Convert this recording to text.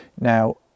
now